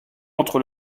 entre